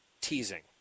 teasing